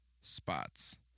spots